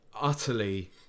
utterly